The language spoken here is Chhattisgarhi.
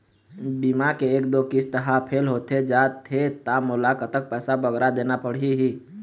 बीमा के एक दो किस्त हा फेल होथे जा थे ता मोला कतक पैसा बगरा देना पड़ही ही?